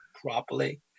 properly